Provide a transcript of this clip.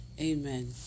Amen